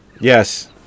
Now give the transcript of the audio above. Yes